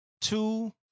two